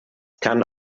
kann